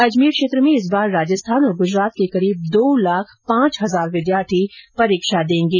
अजमेर क्षेत्र में इस बार राजस्थान और गुजरात के करीब दो लाख पांच हजार विद्यार्थी परीक्षा देंगे